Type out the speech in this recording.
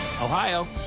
Ohio